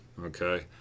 Okay